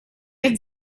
had